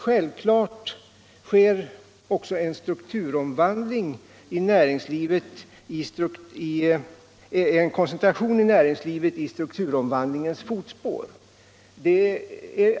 Självfallet sker också en koncentration av näringslivet i strukturomvandlingens fotspår.